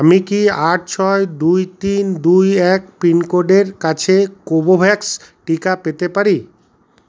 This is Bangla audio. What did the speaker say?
আমি কি আট ছয় দুই তিন দুই এক পিনকোডের কাছে কোভোভ্যাক্স টিকা পেতে পারি